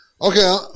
Okay